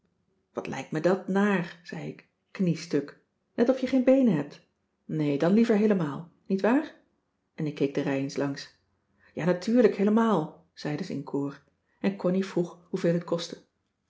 wat lijkt me dat naar zei ik kniestuk net of je geen beenen hebt nee dan liever heelemaal nietwaar en ik keek de rij eens langs ja natuurlijk heelemaal zeiden ze in koor en connie vroeg hoeveel het kostte